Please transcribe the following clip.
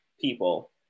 people